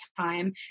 time